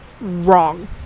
wrong